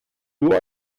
nur